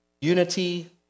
unity